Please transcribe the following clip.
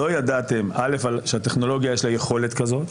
שלא ידעתם שלטכנולוגיה יש יכולת כזאת.